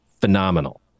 phenomenal